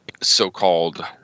so-called